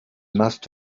must